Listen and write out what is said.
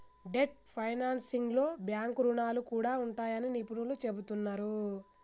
debt ఫైనాన్సింగ్లో bank రుణాలు కూడా ఉంటాయని నిపుణులు చెబుతున్నరు